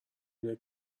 اینه